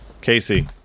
Casey